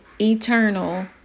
eternal